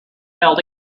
held